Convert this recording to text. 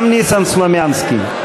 גם ניסן סלומינסקי.